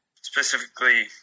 specifically